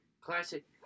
classic